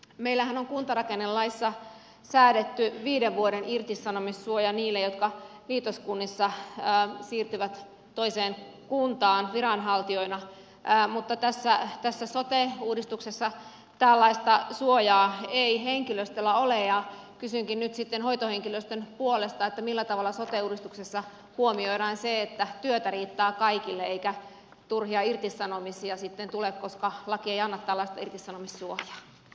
meillähän on kuntarakennelaissa säädetty viiden vuoden irtisanomissuoja niille jotka liitoskunnissa siirtyvät toiseen kuntaan viranhaltijoina mutta tässä sote uudistuksessa tällaista suojaa ei henkilöstöllä ole ja kysynkin nyt sitten hoitohenkilöstön puolesta että millä tavalla sote uudistuksessa huomioidaan se että työtä riittää kaikille eikä turhia irtisanomisia sitten tule koska laki ei anna tällaista irtisanomissuojaa